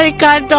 ah got